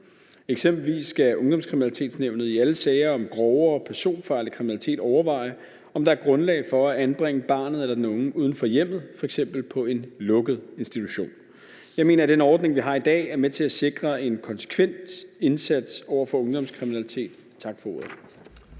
Eksempelvis skal Ungdomskriminalitetsnævnet i alle sager om grovere personfarlig kriminalitet overveje, om der er grundlag for at anbringe barnet eller den unge uden for hjemmet, f.eks. på en lukket institution. Jeg mener, at den ordning, vi har i dag, er med til at sikre en konsekvent indsats over for ungdomskriminalitet. Tak for ordet.